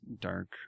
dark